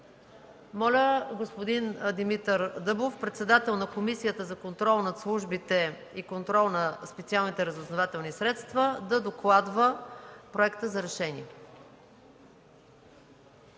Моля господин Димитър Дъбов – председател на Комисията за контрол над службите и контрол на специалните разузнавателни средства, да докладва проекта за решение.